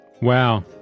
Wow